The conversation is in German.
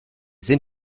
sind